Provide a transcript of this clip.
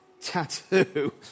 tattoo